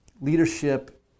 leadership